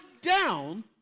down